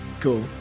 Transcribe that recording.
Cool